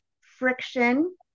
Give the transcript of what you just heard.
friction